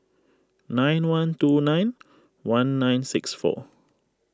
nine one two nine one nine six four